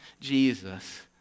Jesus